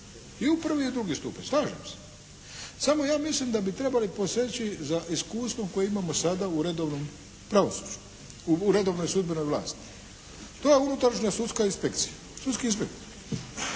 i u prvi i u drugi stupanj. Slažem se! Samo ja mislim da bi trebali poseći za iskustvom koji imamo sada u redovnom pravosuđu, u redovnoj sudbenoj vlasti. To je unutrašnja sudska inspekcija, sudski inspektor